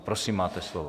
Prosím, máte slovo.